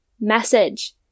message